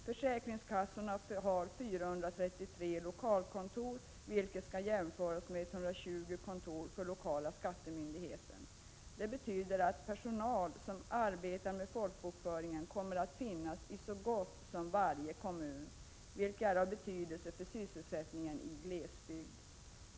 Försäkringskassorna har 437 lokalkontor, vilket skall jämföras med 120 kontor för lokala skattemyndigheten. Det betyder att den personal som arbetar med folkbokföring kommer att finnas i så gott som varje kommun, vilket är av betydelse för sysselsättningen i glesbygd.